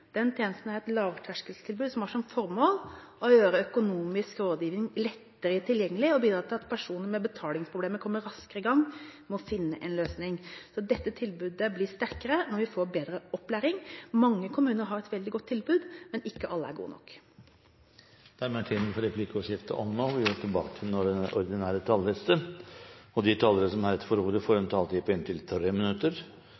Den landsdekkende økonomirådgivningstelefonen ble etablert i 2009. Tjenesten er et lavterskeltilbud, som har som formål å gjøre økonomisk rådgivning lettere tilgjengelig og bidra til at personer med betalingsproblemer kommer raskere i gang med å finne en løsning. Dette tilbudet blir styrket når vi får bedre opplæring. Mange kommuner har et veldig godt tilbud, men ikke alle tilbud er gode nok. Replikkordskiftet er omme. De talere som heretter får ordet,